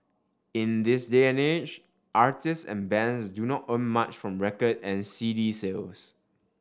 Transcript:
in this day and age artists and bands do not earn much from record and C D sales